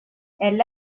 elle